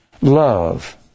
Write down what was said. love